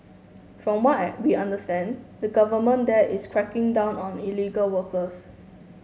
from why we understand the government there is cracking down on illegal workers